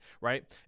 Right